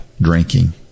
drinking